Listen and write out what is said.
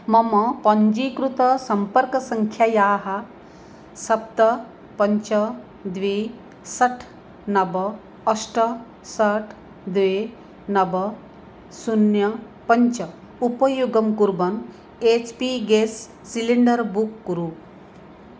मम पञ्जीकृतसम्पर्कसङ्ख्यायाः सप्त पञ्च द्वे षट् नव अष्ट षट् द्वे नव शून्यं पञ्च उपयोगं कुर्वन् H P gas cylinder book कुरु